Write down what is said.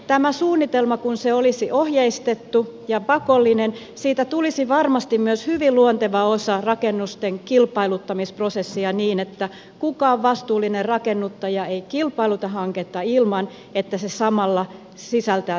tästä suunnitelmasta kun se olisi ohjeistettu ja pakollinen tulisi varmasti myös hyvin luonteva osa rakennusten kilpailuttamisprosessia niin että kukaan vastuullinen rakennuttaja ei kilpailuta hanketta ilman että se samalla sisältää myös kosteudenhallintasuunnitelman